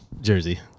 jersey